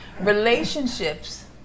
Relationships